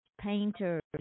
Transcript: painters